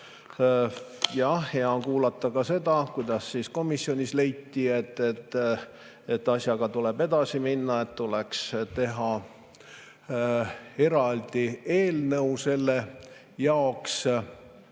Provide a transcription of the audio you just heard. Ja hea on kuulda ka seda, kuidas komisjonis leiti, et asjaga tuleb edasi minna, et tuleks teha eraldi eelnõu selle jaoks.